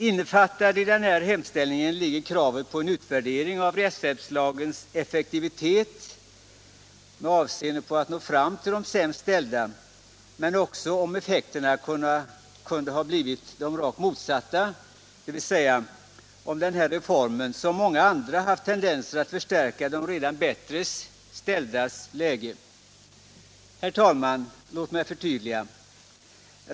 Innefattat i denna hemställan ligger kravet på utvärdering av rättshjälpslagens effektivitet i syfte att nå fram till de sämst ställda, men vår hemställan avser också att få klarlagt om effekterna kan ha blivit de rakt motsatta, dvs. om denna reform som många andra haft tendenser att förstärka de redan bättre ställdas läge. Herr talman! Låt mig förtydliga.